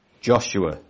Joshua